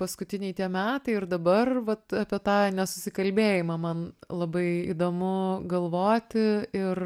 paskutiniai tie metai ir dabar vat apie tą nesusikalbėjimą man labai įdomu galvoti ir